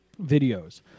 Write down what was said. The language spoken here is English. videos